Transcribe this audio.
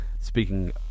speaking